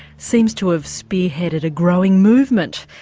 seems to have spearheaded a growing movement.